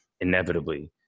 inevitably